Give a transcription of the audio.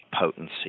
potency